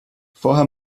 vorher